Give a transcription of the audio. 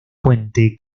puente